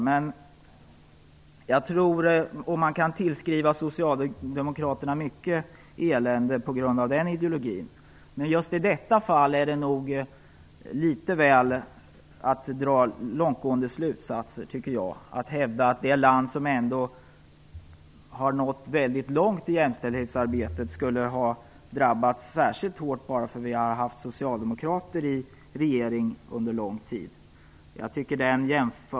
Man kan tillskriva socialdemokraterna mycket elände på grund av den ideologin, men just i detta fall tycker jag nog att det är att dra litet väl långtgående slutsatser att hävda att det land som har nått väldigt långt i jämställdhetsarbetet skulle ha drabbats särskilt hårt bara för att vi har haft socialdemokrater i regeringen under lång tid.